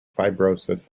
fibrosis